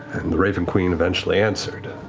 the raven queen eventually answered.